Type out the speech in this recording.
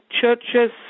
churches